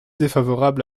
défavorable